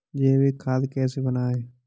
जैविक खाद कैसे बनाएँ?